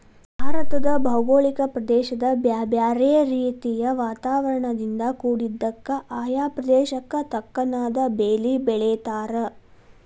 ಭಾರತದ ಭೌಗೋಳಿಕ ಪ್ರದೇಶ ಬ್ಯಾರ್ಬ್ಯಾರೇ ರೇತಿಯ ವಾತಾವರಣದಿಂದ ಕುಡಿದ್ದಕ, ಆಯಾ ಪ್ರದೇಶಕ್ಕ ತಕ್ಕನಾದ ಬೇಲಿ ಬೆಳೇತಾರ